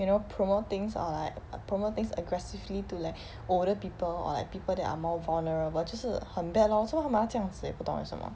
you know promote things or like promote things aggressively to like older people or like people that are more vulnerable 就是很 bad lor 做么他们要这样子 eh 不懂为什么